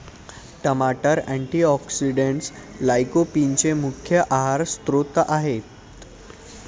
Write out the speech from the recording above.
टमाटर अँटीऑक्सिडेंट्स लाइकोपीनचे मुख्य आहार स्त्रोत आहेत